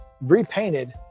repainted